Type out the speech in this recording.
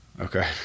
Okay